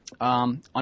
On